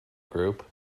group